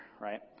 right